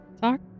talk